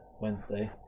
Wednesday